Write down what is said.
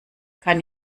kann